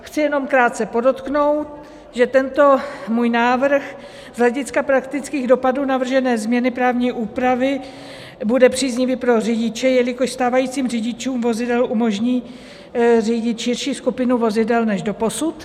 Chci jenom krátce podotknout, že tento můj návrh z hlediska praktických dopadů navržené změny právní úpravy bude příznivý pro řidiče, jelikož stávajícím řidičům vozidel umožní řídit širší skupinu vozidel než doposud.